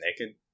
naked